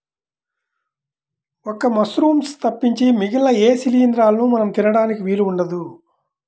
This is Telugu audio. ఒక్క మశ్రూమ్స్ తప్పించి మిగిలిన ఏ శిలీంద్రాలనూ మనం తినడానికి వీలు ఉండదు